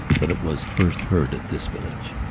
but it was first heard at this village.